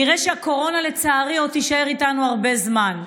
נראה שהקורונה, לצערי, עוד תישאר איתנו הרבה זמן.